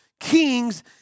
Kings